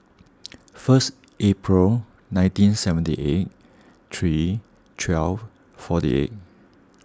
first April nineteen seventy eight three twelve forty eight